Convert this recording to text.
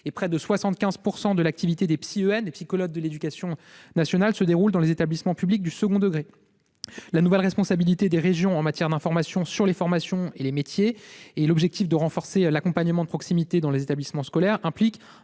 près de 75 % de l'activité des psychologues de l'éducation nationale, les PsyEN, se déroulent dans les établissements publics du second degré. La nouvelle responsabilité des régions en matière d'information sur les formations et les métiers ainsi que l'objectif de renforcer l'accompagnement de proximité dans les établissements scolaires impliquent